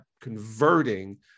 converting